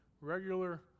regular